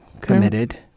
committed